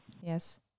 Yes